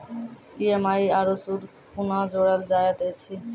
EMI आरू सूद कूना जोड़लऽ जायत ऐछि?